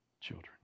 Children